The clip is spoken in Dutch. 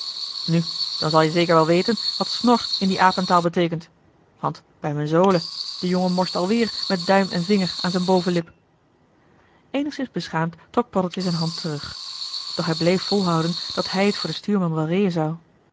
nu dan zal je zeker wel weten wat snor in die apentaal beteekent want bij m'n zolen de jongen morst alweer met duim en vinger aan z'n bovenlip eenigszins beschaamd trok paddeltje z'n hand terug doch hij bleef volhouden dat hij t voor den stuurman wel reeën zou